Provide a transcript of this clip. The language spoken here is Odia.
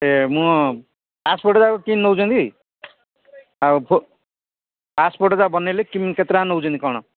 ଏ ମୁଁ ପାସପୋର୍ଟଟା କେମିତି ନେଉଛନ୍ତି ଆଉ ପାସପୋର୍ଟଟା ବନେଇଲେ କେମିତି କେତେଟଙ୍କା ନେଉଛନ୍ତି କ'ଣ